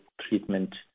treatment